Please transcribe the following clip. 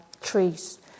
trees